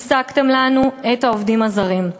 הפסקתם לנו את הבאת העובדים הזרים.